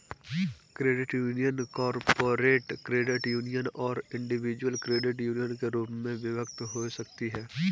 credit union corporate credit union और individual credit union के रूप में विभक्त हो सकती हैं